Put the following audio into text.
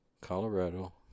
Colorado